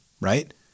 right